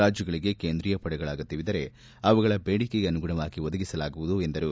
ರಾಜ್ಯಗಳಿಗೆ ಕೇಂದ್ರೀಯ ಪಡೆಗಳ ಅಗತ್ನವಿದ್ದರೆ ಅವುಗಳ ಬೇಡಿಕೆಗನುಗುಣವಾಗಿ ಒದಗಿಸಲಾಗುವುದು ಎಂದರು